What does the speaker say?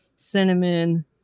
cinnamon